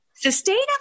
sustainable